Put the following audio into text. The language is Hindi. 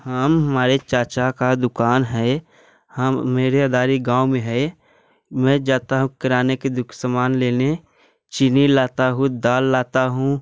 हाँ हमारे चाचा का दुकान है हाँ मेरे अदारे गाँव में है मैं जाता हूँ किराने के समान लेने चीनी लाता हूँ दाल लाता हूँ